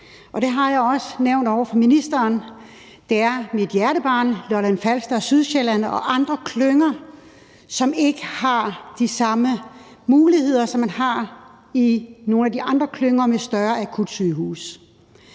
Det har jeg også nævnt over for ministeren. Det er mit hjertebarn, altså Lolland-Falster og Sydsjælland og andre klynger, som ikke har de samme muligheder, som man har i nogle af de andre klynger med større akutsygehuse.